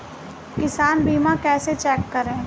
किसान बीमा कैसे चेक करें?